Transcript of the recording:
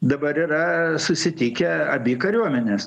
dabar yra susitikę abi kariuomenės